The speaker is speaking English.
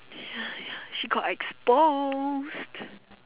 ya ya she got exposed